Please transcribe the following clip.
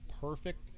perfect